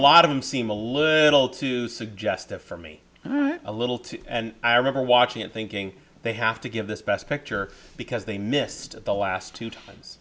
lot of them seem a little to suggest that for me a little too and i remember watching it thinking they have to give this best picture because they missed it the last two times